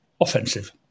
offensive